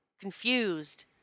confused